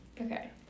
Okay